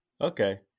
Okay